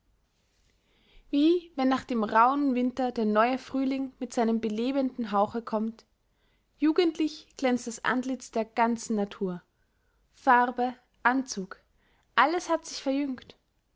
wie wenn nach dem rauhen winter der neue frühling mit seinem belebenden hauche kommt jugendlich glänzt das antlitz der ganzen natur farbe anzug alles hat sich verjüngt